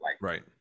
right